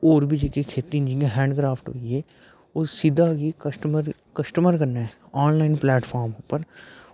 होर बी जेह्के खेती जियां हैंडक्रॉफ्ट होइये ओह् सिद्धा कस्टमर कन्नै ऑनलाइन प्लेटफॉर्म उप्पर